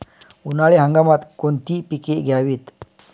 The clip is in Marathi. उन्हाळी हंगामात कोणती पिके घ्यावीत?